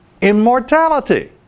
immortality